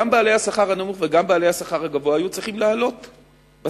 גם בעלי השכר הנמוך וגם בעלי השכר הגבוה היו צריכים לעלות בשכר,